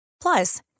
Plus